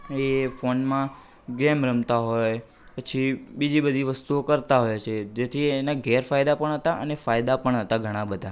એ ફોનમાં ગેમ રમતા હોય પછી બીજી બધી વસ્તુઓ કરતા હોય છે જેથી એના ગેરફાયદા પણ હતા અને ફાયદા પણ હતા ઘણા બધા